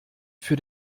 für